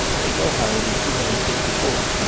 but no higher than two hundred and fifty four.